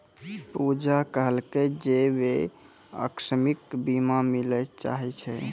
पूजा कहलकै जे वैं अकास्मिक बीमा लिये चाहै छै